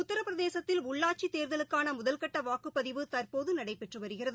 உத்திரபிரதேசத்தில் உள்ளாட்சித் தேர்தலுக்கானமுதல்கட்டவாக்குப்பதிவு தற்போதநடைபெற்றுவருகிறது